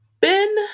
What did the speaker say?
Ben